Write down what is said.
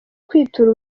kwitura